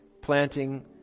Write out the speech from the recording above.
planting